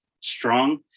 strong